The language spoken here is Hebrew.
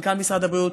מנכ"ל משרד הבריאות,